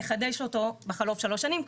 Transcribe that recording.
לחדש אותו בחלוף שלוש שנים,